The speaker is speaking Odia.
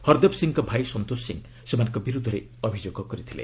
ହର୍ଦେବ ସିଂଙ୍କ ଭାଇ ସନ୍ତୋଷ ସିଂ ସେମାନଙ୍କ ବିର୍ଦ୍ଧରେ ଅଭିଯୋଗ କରିଥିଲେ